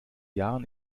jahren